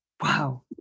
Wow